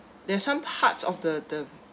there's some parts of the the